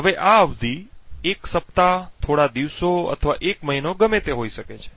હવે આ અવધિ 1 સપ્તાહ થોડા દિવસો અથવા એક મહિના ગમે તે હોઈ શકે છે